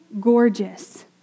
gorgeous